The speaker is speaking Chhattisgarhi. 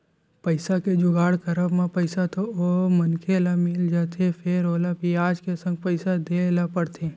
पइसा के जुगाड़ करब म पइसा तो ओ मनखे ल मिल जाथे फेर ओला बियाज के संग पइसा देय ल परथे